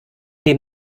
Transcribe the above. dem